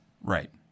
Right